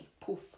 Poof